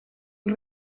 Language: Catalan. els